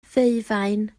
ddeufaen